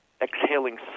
exhaling